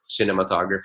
cinematography